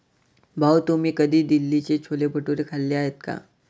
भाऊ, तुम्ही कधी दिल्लीचे छोले भटुरे खाल्ले आहेत का?